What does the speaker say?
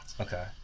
okay